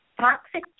toxic